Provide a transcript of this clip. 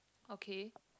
okay